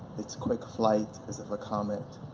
its quick flight, as if a comet.